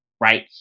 right